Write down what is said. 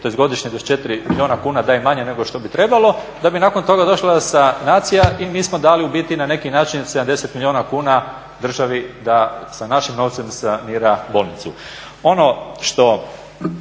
tj. godišnje 24 milijuna kuna daje manje nego što bi trebalo. Da bi nakon toga došlo sanacija i mi smo dali u biti na neki način 70 milijuna kuna državi da sa našim novcem sanira bolnicu.